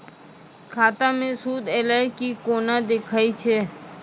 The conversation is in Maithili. खाता मे सूद एलय की ने कोना देखय छै?